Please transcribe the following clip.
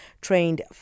trained